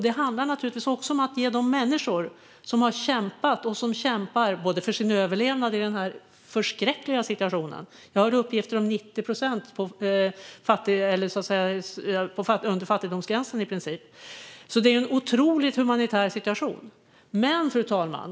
Det handlar om de människor som har kämpat och kämpar för sin överlevnad i denna förskräckliga situation. Jag har uppgifter om att 90 procent i princip lever under fattigdomsgränsen. Det är en otroligt svår humanitär situation. Fru talman!